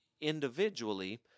individually